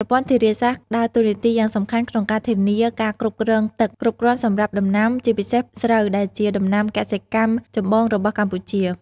ប្រព័ន្ធធារាសាស្ត្រដើរតួនាទីយ៉ាងសំខាន់ក្នុងការធានាការផ្គត់ផ្គង់ទឹកគ្រប់គ្រាន់សម្រាប់ដំណាំ ជាពិសេសស្រូវ ដែលជាដំណាំកសិកម្មចម្បងរបស់កម្ពុជា។